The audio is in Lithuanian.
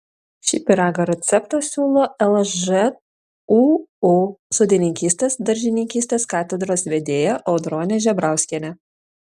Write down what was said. šį pyrago receptą siūlo lžūu sodininkystės daržininkystės katedros vedėja audronė žebrauskienė